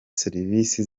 serivisi